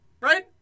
Right